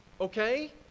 okay